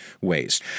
ways